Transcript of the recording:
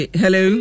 hello